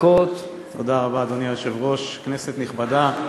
אדוני היושב-ראש, תודה רבה, כנסת נכבדה,